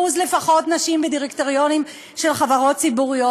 לפחות נשים בדירקטוריונים של חברות ציבוריות.